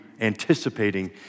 anticipating